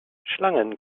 schlangen